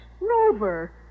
Rover